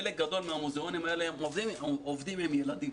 חלק גדול מהמוזיאונים האלה עובדים עם ילדים,